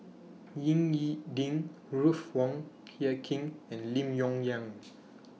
Ying E Ding Ruth Wong Hie King and Lim Yong Liang